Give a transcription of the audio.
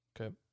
Okay